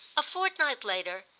a fortnight later,